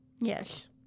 Yes